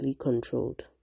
controlled